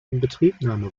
inbetriebnahme